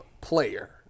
player